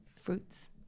Fruits